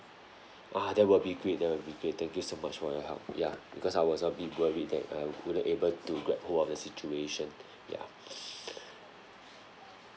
ah that will be great that will be great thank you so much for your help ya because I was a bit worried that I wouldn't be able to grab hold of the situation ya